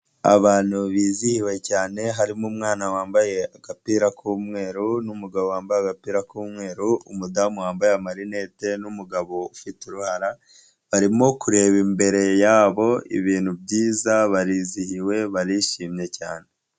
Abantu bizihiwe cyane, harimo umwana wambaye agapira k'umweru n'umugabo wambaye agapira k'umweru, umudamu wambaye amarinete n'umugabo ufite uruhara, barimo kureba imbere yabo ibintu byiza, barizihiwe barishimye cyane.